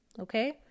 okay